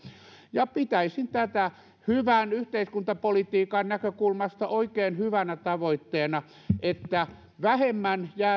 pitäisin tätä hyvän yhteiskuntapolitiikan näkökulmasta oikein hyvänä tavoitteena että vähemmän jäätäisiin vapaaehtoisesti